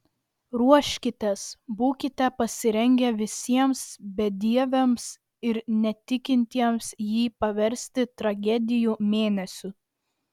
ruoškitės būkite pasirengę visiems bedieviams ir netikintiems jį paversti tragedijų mėnesiu